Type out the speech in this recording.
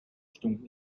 stunden